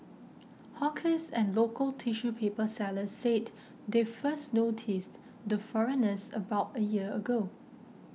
hawkers and local tissue paper sellers said they first noticed the foreigners about a year ago